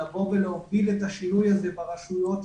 להוביל את השינוי הזה ברשויות,